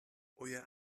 euer